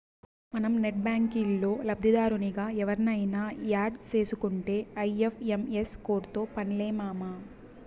మనం నెట్ బ్యాంకిల్లో లబ్దిదారునిగా ఎవుర్నయిన యాడ్ సేసుకుంటే ఐ.ఎఫ్.ఎం.ఎస్ కోడ్తో పన్లే మామా